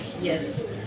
yes